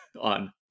on